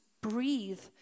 breathe